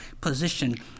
position